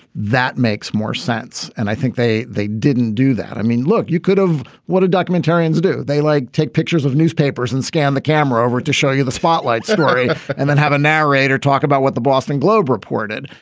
that makes more sense. and i think they they didn't do that. i mean, look, you could have what a documentarians do. they like take pictures of newspapers and scan the camera over to show you the spotlight story and then have a narrator talk about what the boston globe reported.